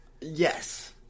Yes